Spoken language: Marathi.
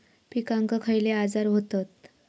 पिकांक खयले आजार व्हतत?